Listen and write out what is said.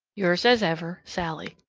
yours as ever, sallie.